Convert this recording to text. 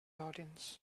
audience